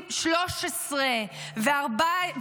התחיל בלפרסם רשימות של עיתונאים ולקטלג